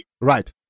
Right